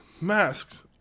masks